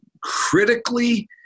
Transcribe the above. critically